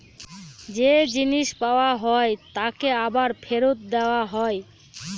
যে জিনিস পাওয়া হয় তাকে আবার ফেরত দেওয়া হয়